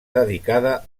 dedicada